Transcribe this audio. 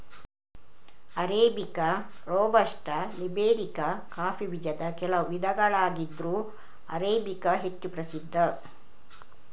arabica, robusta, liberica coffee ಬೀಜದ ಕೆಲವು ವಿಧಗಳಾಗಿದ್ರೂ ಅರೇಬಿಕಾ ಹೆಚ್ಚು ಪ್ರಸಿದ್ಧ